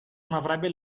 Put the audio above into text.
avrebbe